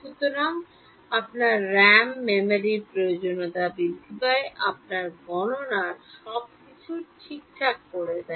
সুতরাং আপনার রেম মেমরির প্রয়োজনীয়তা বৃদ্ধি পায় আপনার গণনার সময় সবকিছু ঠিকঠাক করে দেয়